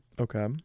Okay